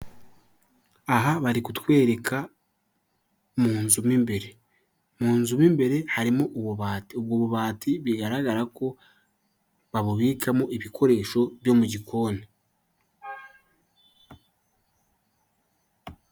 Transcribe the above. Aha bari kutwereka munzu m’ imbere munzu mo imbere harimo ububati, ubwo bubati bigaragara ko babubikamo ibikoresho byo mu gikoni.